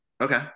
Okay